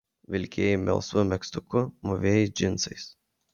vilkėjai melsvu megztuku mūvėjai džinsais